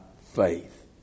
faith